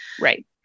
Right